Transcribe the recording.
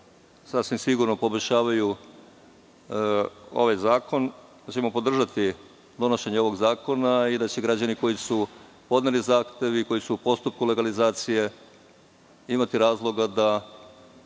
sasvim sigurno poboljšavaju ovaj zakon, da ćemo podržati donošenje ovog zakona i da će građani koji su podneli zahtev i koji su u postupku legalizacije imati razloga da,